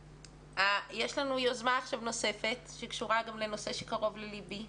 יש לנו יוזמה נוספת שקשורה גם לנושא שקרוב לליבי,